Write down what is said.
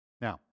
Now